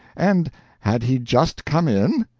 and had he just come in?